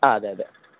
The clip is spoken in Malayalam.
ആ അതെ അതെ